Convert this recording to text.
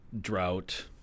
drought